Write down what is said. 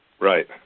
Right